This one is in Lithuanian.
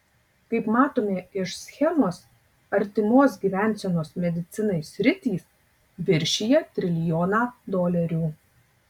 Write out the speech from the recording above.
kaip matome iš schemos artimos gyvensenos medicinai sritys viršija trilijoną dolerių